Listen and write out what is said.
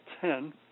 ten